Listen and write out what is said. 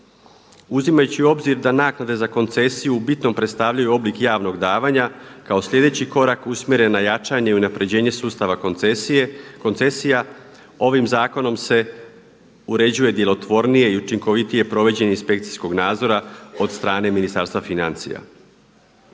Uzimajući u obzir da naknade za koncesiju u bitnom predstavljaju oblik javnog davanja kao sljedeći korak usmjeren na jačanje i unapređenje sustava koncesija, ovim zakonom se uređuje djelotvornije i učinkovitije provođenje inspekcijskog nadzora od strane Ministarstva financija.